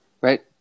right